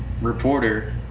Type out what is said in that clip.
reporter